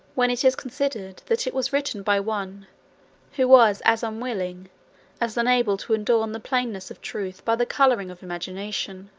when it is considered that it was written by one who was as unwilling as unable to adorn the plainness of truth by the colouring of imagination.